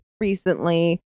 recently